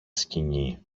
σκηνή